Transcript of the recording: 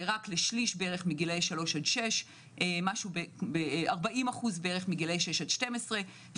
רק לשליש בערך מגילאי 3 עד 6 40% מגילאי 6 עד 12 ו-54%